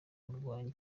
kurwanya